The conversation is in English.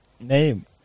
Name